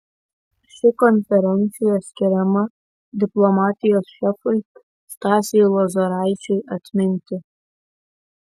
ši konferencija skiriama diplomatijos šefui stasiui lozoraičiui atminti